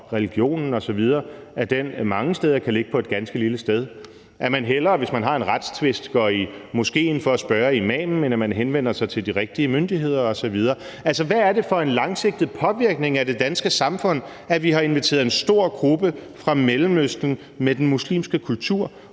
religionen osv., kan mange steder ligge på et ganske lille sted, og de går, hvis de har en retstvist, hellere i moskéen for at spørge imamen, end at de henvender sig til de rigtige myndigheder osv. Altså, hvilken langsigtet påvirkning af det danske samfund er der, ved at vi har inviteret en stor gruppe fra Mellemøsten med den muslimske kultur,